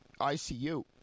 ICU